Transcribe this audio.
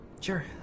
Sure